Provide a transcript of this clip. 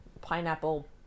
pineapple